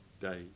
day